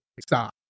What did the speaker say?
stop